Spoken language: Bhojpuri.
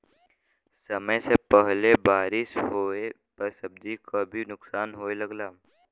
समय से पहिले बारिस होवे पर सब्जी क भी नुकसान होये लगला